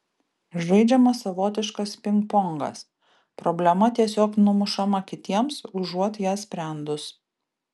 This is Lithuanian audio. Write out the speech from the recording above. žaidžiamas savotiškas pingpongas problema tiesiog numušama kitiems užuot ją sprendus